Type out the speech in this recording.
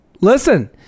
listen